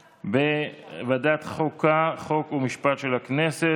אזולאי, חבר הכנסת